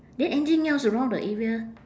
then anything else around the area